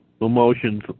emotions